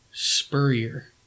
Spurrier